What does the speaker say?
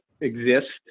exist